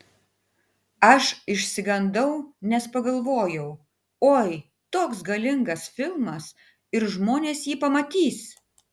aš išsigandau nes pagalvojau oi toks galingas filmas ir žmonės jį pamatys